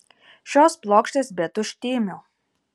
šios plokštės be tuštymių